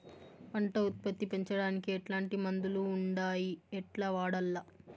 పంట ఉత్పత్తి పెంచడానికి ఎట్లాంటి మందులు ఉండాయి ఎట్లా వాడల్ల?